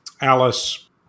Alice